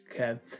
Okay